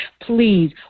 please